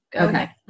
Okay